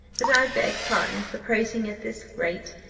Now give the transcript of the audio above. but i beg pardon for prating at this rate,